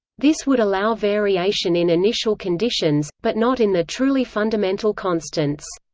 this would allow variation in initial conditions, but not in the truly fundamental constants.